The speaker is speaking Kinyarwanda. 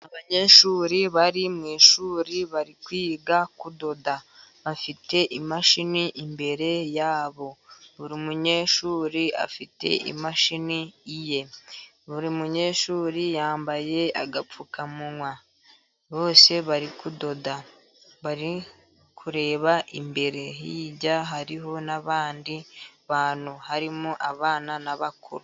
Abanyeshuri bari mu ishuri bari kwiga kudoda bafite imashini imbere yabo, buri munyeshuri afite imashini ye, buri munyeshuri yambaye agapfukamunwa, bose bari kudoda bari kureba imbere, hirya hariho n'abandi bantu harimo abana n'abakuru.